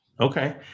Okay